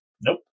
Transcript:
Nope